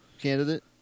candidate